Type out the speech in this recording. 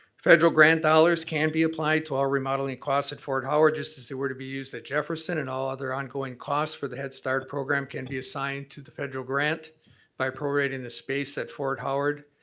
federal grant dollars can be applied to all remodeling cost at fort howard just as they were to be used at jefferson and all other ongoing cost for the headstart program can be assigned to the federal grant by prorating the space at fort howard.